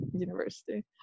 university